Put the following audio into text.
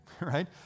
right